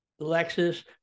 Lexus